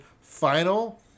Final